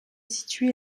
situé